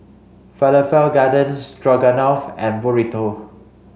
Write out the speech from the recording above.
Falafel Garden Stroganoff and Burrito